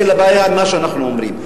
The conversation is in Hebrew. אלא הבעיה מה שאנחנו אומרים.